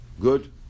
Good